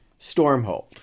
stormhold